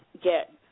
get